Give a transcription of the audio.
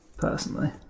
personally